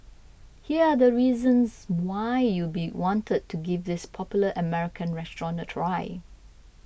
here are the reasons why you'd want to give this popular American restaurant a try